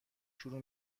شروع